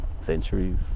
centuries